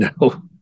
no